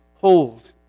hold